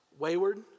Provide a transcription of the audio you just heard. Wayward